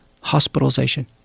hospitalization